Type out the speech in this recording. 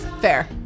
Fair